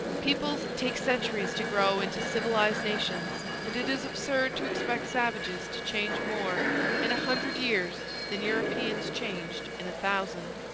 peoples take centuries to grow into civilized nations and it is absurd to expect savages to change more in a hundred years than europeans changed in a thousand.